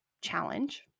challenge